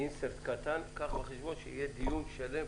קח בחשבון שיהיה פה דיון שלם